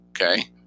Okay